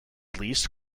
leased